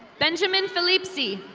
benjamin filipsi.